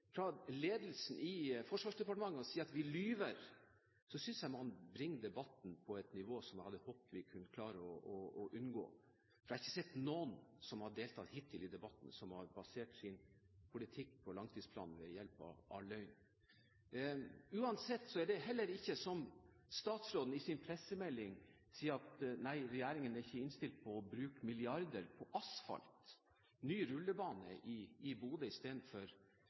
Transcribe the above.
ledelsen i Forsvarsdepartementet går til det grep å si at vi lyver, synes jeg man bringer debatten på et nivå jeg hadde håpet vi kunne klare å unngå. Jeg har ikke sett noen som har deltatt hittil i debatten, som har basert sin politikk på langtidsplanen ved hjelp av løgn. Uansett er det heller ikke slik, som statsråden sier i sin pressemelding, at regjeringen ikke er innstilt på å bruke milliarder på asfalt, på ny rullebane i Bodø, istedenfor